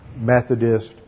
Methodist